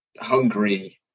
Hungary